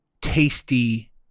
tasty